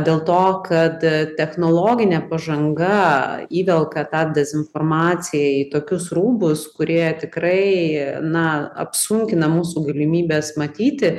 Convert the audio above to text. dėl to kad technologinė pažanga įvelka tą dezinformaciją į tokius rūbus kurie tikrai na apsunkina mūsų galimybes matyti